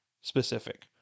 specific